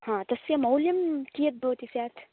हा तस्य मौल्यं कीयद् भवति स्यात्